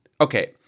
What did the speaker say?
Okay